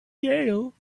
gale